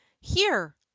Here